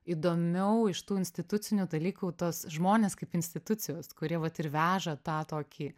įdomiau iš tų institucinių dalykų tos žmonės kaip institucijos kurie vat ir veža tą tokį